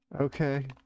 Okay